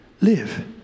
live